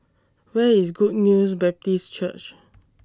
Where IS Good News Baptist Church